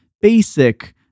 basic